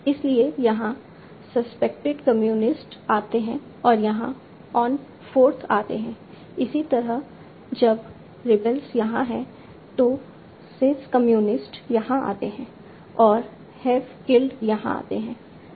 इसलिए यहाँ suspected communist आते हैं और यहाँ ऑन 4th आते हैं इसी तरह जब रेबल्स यहाँ है तो सेज कम्युनिस्ट यहाँ आते हैं और हैव किल्ड यहाँ आते हैं